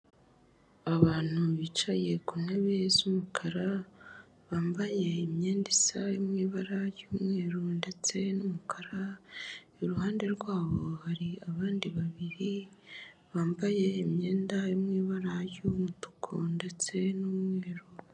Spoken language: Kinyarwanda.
Abantu bicaye ku ntebe z'umukara bambaye imyenda isa mu ibara ry'umweru ndetse n'umukara, iruhande rw'abo hari abandi babiri bambaye imyenda iri mu ibara ry'umutuku ndetse n'umweru.